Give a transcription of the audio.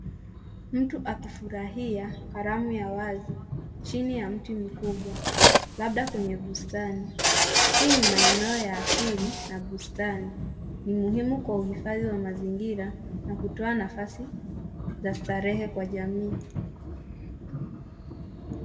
Mtu akifurahia karamu ya wazi, chini ya mti mkubwa, labda kwenye bustani. Hii ni maeneo ya asili na bustani. Ni muhimu kwa uhifadhi wa mazingira na kutoa nafasi za starehe kwa jamii.